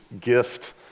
gift